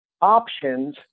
options